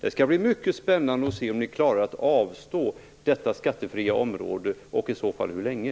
Det skall bli mycket spännande att se om - och i så fall hur länge - ni klarar av att motstå detta skattefria område.